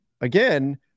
again